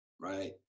right